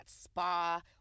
spa